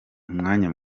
umwanya